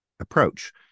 approach